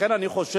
לכן אני חושב